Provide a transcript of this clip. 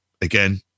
again